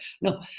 No